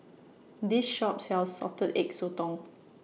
This Shop sells Salted Egg Sotong